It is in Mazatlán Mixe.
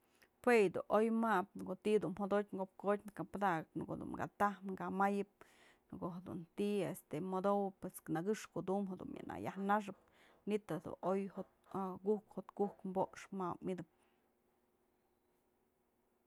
Jue yë dun oy ma'abë në ko'o ti'i jodotyë kopkotyë ka padakëp, në ko'o dun ka taj ka mayëp, në ko'o jedun ti'i modowëp nëkëx kutum jedun na yajnaxëp manytë jedun oy, aku'uk jo'ot ku'uk poxëp, mawëd itëp.